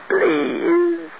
Please